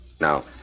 Now